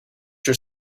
your